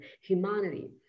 humanity